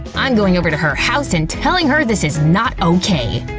i'm going over to her house and telling her this is not okay!